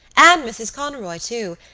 and mrs. conroy, too,